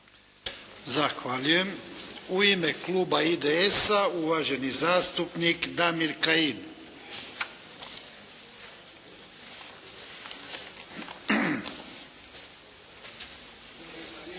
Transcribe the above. Zahvaljujem. U ime kluba IDS-a, uvaženi zastupnik Damir Kajin.